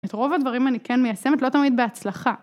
את רוב הדברים אני כן מיישמת לא תמיד בהצלחה.